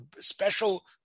special